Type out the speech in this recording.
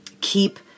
keep